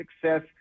success